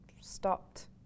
stopped